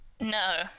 No